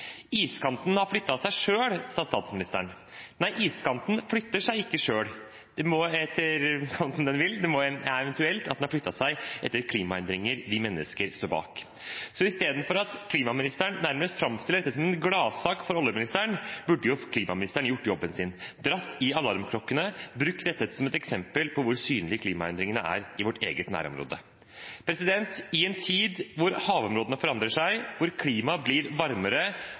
iskanten har flyttet seg. «Iskanten har flyttet seg selv», sa statsministeren. Nei, iskanten flytter seg ikke selv sånn som den vil, den har eventuelt flyttet seg etter klimaendringer vi mennesker står bak. Istedenfor at klimaministeren nærmest framstiller dette som en gladsak for oljeministeren, burde klimaministeren gjort jobben sin: dratt i alarmklokkene og brukt dette som et eksempel på hvor synlige klimaendringene er i vårt eget nærområde. I en tid hvor havområdene forandrer seg, hvor klimaet blir varmere